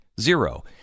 zero